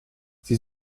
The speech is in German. sie